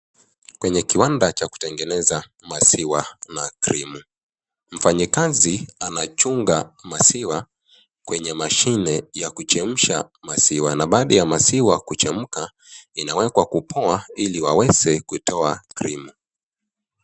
Kwenye kiwanda cha kutengeneza maziwa na krimu. Mfanyikazi anachunga maziwa kwenye mashine ya kuchemsha maziwa na baada ya maziwa kuchemka inawekwa kupoa ili waweze kutoa krimu.